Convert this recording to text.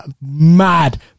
mad